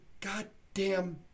goddamn